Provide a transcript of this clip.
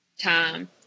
time